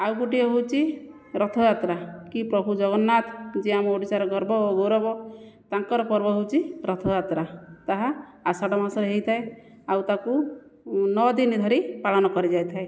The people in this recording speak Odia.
ଆଉ ଗୋଟିଏ ହେଉଛି ରଥଯାତ୍ରା କି ପ୍ରଭୁ ଜଗନ୍ନାଥ ଯିଏ ଆମ ଓଡ଼ିଶାର ଗର୍ବ ଓ ଗୌରବ ତାଙ୍କର ପର୍ବ ହେଉଛି ରଥଯାତ୍ରା ତାହା ଆଷାଢ଼ ମାସରେ ହେଇଥାଏ ଆଉ ତାକୁ ନଅଦିନ ଧରି ପାଳନ କରାଯାଇଥାଏ